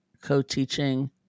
co-teaching